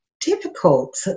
difficult